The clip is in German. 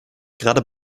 gerade